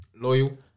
Loyal